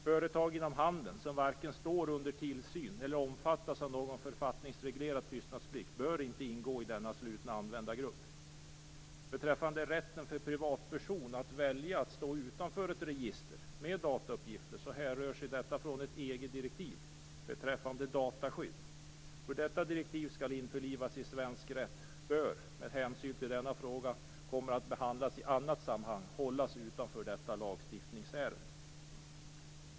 Företag inom handeln, som varken står under tillsyn eller omfattas av någon författningsreglerad tystnadsplikt, bör inte ingå i denna slutna användargrupp. Rätten för privatperson att välja att stå utanför ett register med datauppgifter härrör sig från ett EG direktiv beträffande dataskydd. Hur detta direktiv skall införlivas i svensk rätt bör, med hänsyn till att denna fråga kommer att behandlas i annat sammanhang, hållas utanför detta lagstiftningsärende.